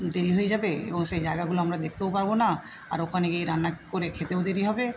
দেরি হয়ে যাবে এবং সেই জায়গাগুলো আমরা দেখতেও পারবো না আর ওখানে গিয়ে রান্না করে খেতেও দেরি হবে